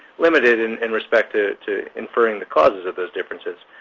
limited in in respect to to inferring the causes of those differences.